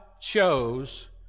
chose